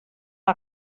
fan